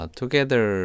together